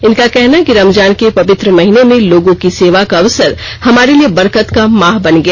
इनका कहना है कि रमजान के पवित्र महीने में लोगों की सेवा का अवसर हमारे लिए बरकत का माह बन गया